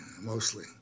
mostly